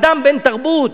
אדם בן-תרבות,